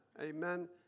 amen